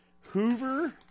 Hoover